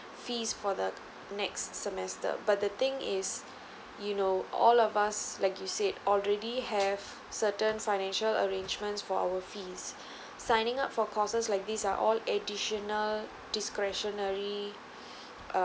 fees for the next semester but the thing is you know all of us like you said already have certain financial arrangements for our fees signing up for courses like this are all additional discretionary uh